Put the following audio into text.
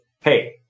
hey